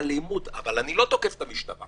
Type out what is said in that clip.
באלימות, אבל אני לא תוקף את המשטרה.